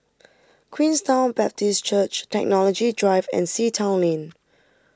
Queenstown Baptist Church Technology Drive and Sea Town Lane